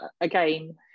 again